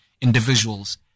individuals